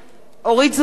אורית זוארץ,